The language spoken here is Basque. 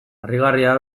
harrigarria